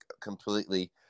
completely